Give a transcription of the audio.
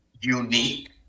unique